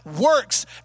works